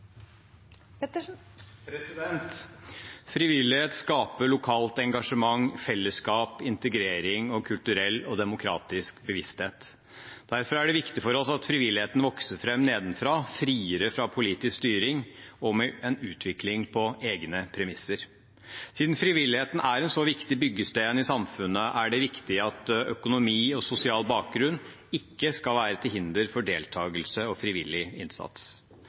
Frivillighet skaper lokalt engasjement, fellesskap, integrering og kulturell og demokratisk bevissthet. Derfor er det viktig for oss at frivilligheten vokser fram nedenfra, friere fra politisk styring og med en utvikling på egne premisser. Siden frivilligheten er en så viktig byggestein i samfunnet, er det viktig at økonomi og sosial bakgrunn ikke skal være til hinder for deltakelse og frivillig innsats.